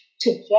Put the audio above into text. together